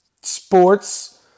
sports